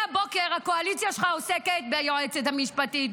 מהבוקר הקואליציה שלך עוסקת ביועצת המשפטית,